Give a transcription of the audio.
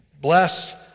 Bless